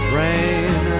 rain